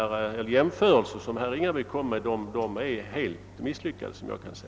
De jämförelser som herr Ringaby gjorde var alltså helt misslyckade.